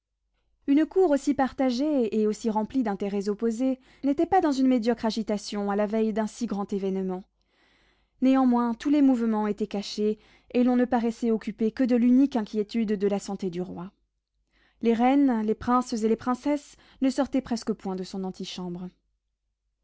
une cour aussi partagée et aussi remplie d'intérêts opposés n'était pas dans une médiocre agitation à la veille d'un si grand événement néanmoins tous les mouvements étaient cachés et l'on ne paraissait occupé que de l'unique inquiétude de la santé du roi les reines les princes et les princesses ne sortaient presque point de son antichambre